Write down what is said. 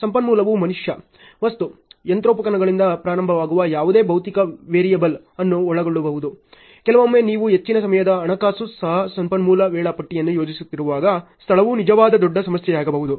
ಸಂಪನ್ಮೂಲವು ಮನುಷ್ಯ ವಸ್ತು ಯಂತ್ರೋಪಕರಣಗಳಿಂದ ಪ್ರಾರಂಭವಾಗುವ ಯಾವುದೇ ಭೌತಿಕ ವೇರಿಯೇಬಲ್ ಅನ್ನು ಒಳಗೊಳ್ಳಬಹುದು ಕೆಲವೊಮ್ಮೆ ನೀವು ಹೆಚ್ಚಿನ ಸಮಯದ ಹಣಕಾಸು ಸಹ ಸಂಪನ್ಮೂಲ ವೇಳಾಪಟ್ಟಿಯನ್ನು ಯೋಜಿಸುತ್ತಿರುವಾಗ ಸ್ಥಳವು ನಿಜವಾದ ದೊಡ್ಡ ಸಮಸ್ಯೆಯಾಗಬಹುದು